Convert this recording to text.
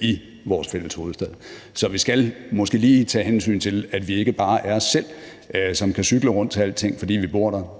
i vores fælles hovedstad. Så vi skal måske lige tage hensyn til, at vi ikke bare er os selv, som kan cykle rundt til alting, fordi vi bor der,